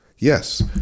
Yes